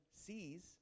sees